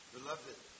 Beloved